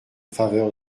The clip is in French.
faveur